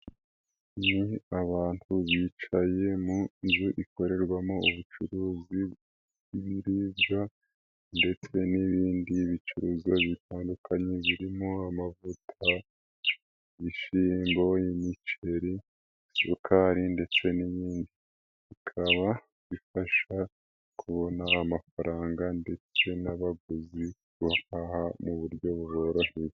Ni abantu bicaye mu nzu ikorerwamo ubucuruzi bw'ibiribwa ndetse n'ibindi bicuruzwa bitandukanye, birimo amavuta, imishyimbo, imiceri, isukari ndetse n'indi, bikaba bifasha, kubona amafaranga ndetse n'abaguzi bahaha muburyo buboroheye.